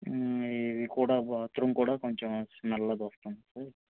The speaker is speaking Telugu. ఇవి కుడా బాత్ రూమ్ కుడా కొంచెం స్మెల్ అది వస్తుంది సార్